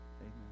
Amen